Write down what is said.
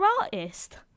artist